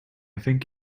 think